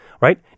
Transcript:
right